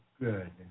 good